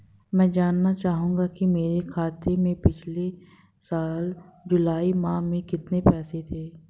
मैं जानना चाहूंगा कि मेरे खाते में पिछले साल जुलाई माह में कितने पैसे थे?